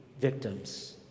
victims